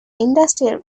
industrial